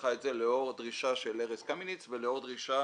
לקחה את זה לאור הדרישה של ארז קמיניץ ולאור דרישה